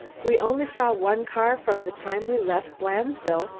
we only saw one car from the time we left blandesville,